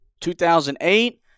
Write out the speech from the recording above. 2008